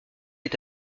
est